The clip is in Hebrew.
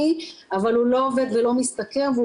נניח שהוא